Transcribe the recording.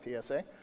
PSA